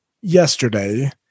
yesterday